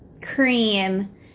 cream